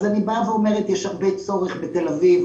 אז אני אומרת שיש הרבה צורך בתל אביב.